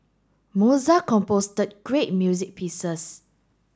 Mozart great music pieces